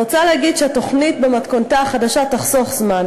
אני רוצה להגיד שהתוכנית במתכונתה החדשה תחסוך זמן,